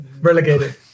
relegated